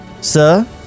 Sir